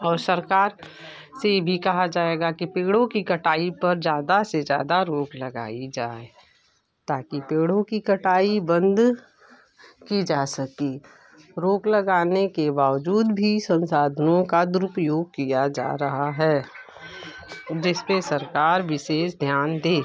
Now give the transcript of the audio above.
और सरकार से भी कहा जाएगा कि पेड़ों की कटाई पर ज़्यादा से ज़्यादा रोक लगाई जाए ताकि पेड़ों की कटाई बंद की जा सके रोक लगाने के वावजूद भी संसाधनों का दुरुपयोग किया जा रहा है जिस पर सरकार विशेष ध्यान दे